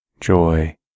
joy